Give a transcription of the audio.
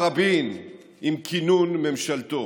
אמר רבין עם כינון ממשלתו.